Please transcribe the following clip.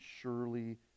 surely